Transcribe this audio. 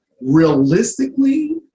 realistically